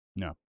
No